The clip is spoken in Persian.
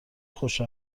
خوش